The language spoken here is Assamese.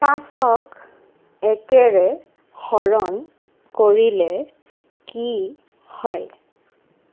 পাঁচক একেৰে হৰণ কৰিলে কি হয়